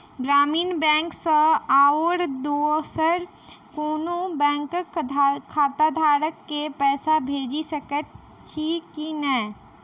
ग्रामीण बैंक सँ आओर दोसर कोनो बैंकक खाताधारक केँ पैसा भेजि सकैत छी की नै?